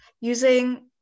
using